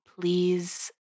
please